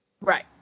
Right